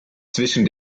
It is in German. zwischen